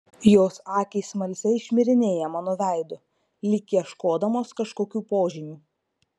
jos akys smalsiai šmirinėja mano veidu lyg ieškodamos kažkokių požymių